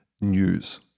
news